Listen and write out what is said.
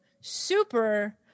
super